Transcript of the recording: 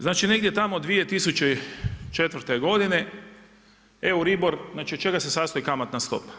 Znači negdje tamo 2004. godine Euribor, znači od čega se sastoji kamatna stopa?